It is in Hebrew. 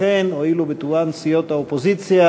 ולכן הואילו בטובן סיעות האופוזיציה